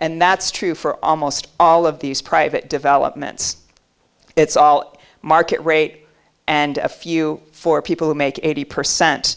and that's true for almost all of these private developments it's all market rate and a few for people who make eighty percent